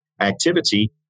activity